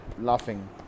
laughing